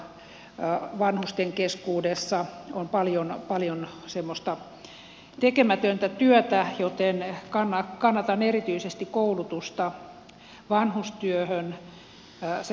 hoiva aloilla vanhusten keskuudessa on paljon tekemätöntä työtä joten kannatan erityisesti koulutusta vanhustyöhön